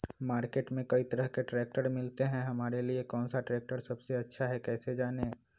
Market में कई तरह के ट्रैक्टर मिलते हैं हमारे लिए कौन सा ट्रैक्टर सबसे अच्छा है कैसे जाने?